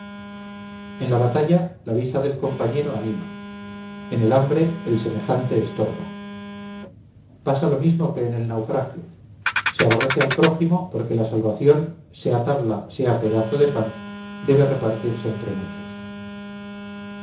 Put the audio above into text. en la batalla la vista del compañero anima en el hambre el semejante estorba pasa lo mismo que en el naufragio se aborrece al prójimo porque la salvación sea tabla sea pedazo de pan debe repartirse entre muchos